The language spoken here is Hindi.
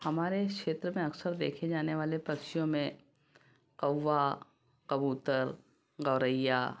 हमारे क्षेत्र में अक्सर देखे जाने वाले पक्षियों में कौवा कबूतर गौरैया